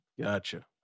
gotcha